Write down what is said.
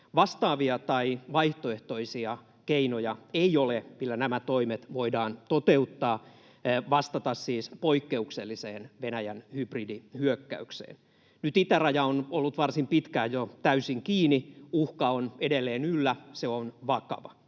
Vastaavia tai vaihtoehtoisia keinoja ei ole, millä nämä toimet voidaan toteuttaa, vastata siis poikkeukselliseen Venäjän hybridihyökkäykseen. Nyt itäraja on ollut varsin pitkään jo täysin kiinni. Uhka on edelleen yllä, se on vakava.